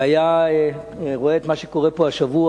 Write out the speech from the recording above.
והיה רואה את מה שקורה פה השבוע,